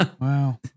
Wow